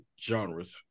genres